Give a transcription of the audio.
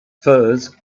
firs